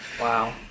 wow